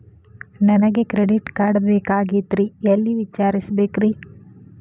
ನನಗೆ credit card ಬೇಕಾಗಿತ್ರಿ ಎಲ್ಲಿ ವಿಚಾರಿಸಬೇಕ್ರಿ?